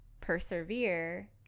persevere